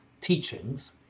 teachings